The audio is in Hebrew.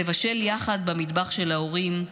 לבשל יחד במטבח של ההורים,